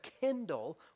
kindle